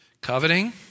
Coveting